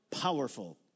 powerful